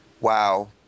wow